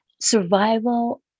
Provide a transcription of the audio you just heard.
survival